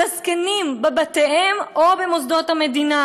לזקנים בבתיהם או במוסדות המדינה?